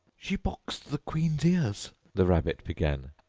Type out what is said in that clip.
she boxed the queen's ears the rabbit began.